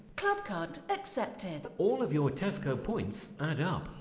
club card accepted. all of your tesco points add up.